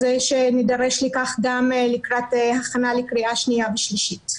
שנידרש לכך גם לקראת הכנה לקריאה שנייה ושלישית.